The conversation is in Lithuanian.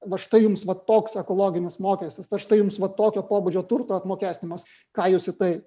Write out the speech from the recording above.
va štai jums va toks ekologinis mokestis va štai jums va tokio pobūdžio turto apmokestinimas ką jūs į tai